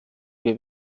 wir